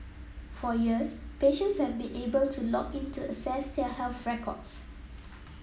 for years patients have been able to log in to access their health records